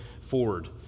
forward